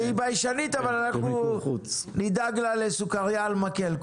היא ביישנית, אבל אנחנו נדאג לה לסוכרייה על מקל.